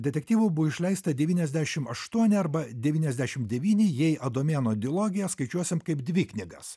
detektyvų buvo išleista devyniasdešim aštuoni arba devyniasdešim devyni jei adomėno dilogiją skaičiuosim kaip dvi knygas